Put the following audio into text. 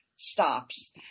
stops